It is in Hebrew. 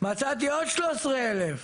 מצאתי עוד 13,000,